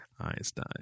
Einstein